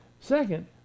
Second